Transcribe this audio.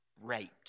raped